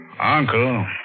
Uncle